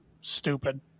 stupid